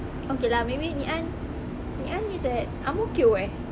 okay lah maybe ngee ann ngee ann is at ang mo kio eh